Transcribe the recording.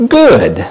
good